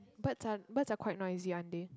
birds are birds are quite noisy aren't they